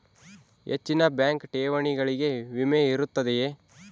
ಹೆಚ್ಚಿನ ಬ್ಯಾಂಕ್ ಠೇವಣಿಗಳಿಗೆ ವಿಮೆ ಇರುತ್ತದೆಯೆ?